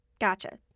Gotcha